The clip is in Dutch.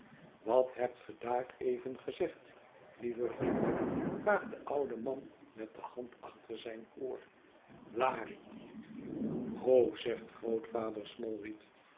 wat hebt ge daar even gezegd lieve vriend vraagt de oude man met de hand achter zijn oor larie ho zegt grootvader